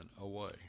away